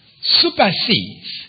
supersedes